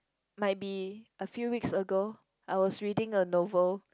might be a few weeks ago I was reading a novel